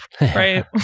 right